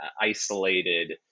isolated